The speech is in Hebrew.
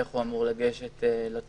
איך הוא אמור לגשת לתושב,